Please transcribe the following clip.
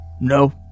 No